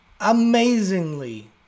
amazingly